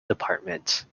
department